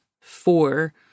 four